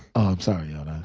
i'm sorry, y'all.